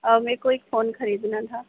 آ میرے کو ایک فون خریدنا تھا